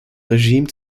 regime